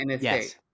yes